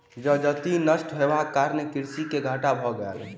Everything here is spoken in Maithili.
जजति नष्ट होयबाक कारणेँ कृषक के घाटा भ गेलै